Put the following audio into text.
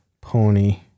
pony